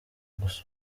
gusa